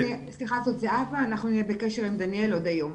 אנחנו נהיה בקשר עם דניאל עוד היום.